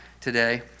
today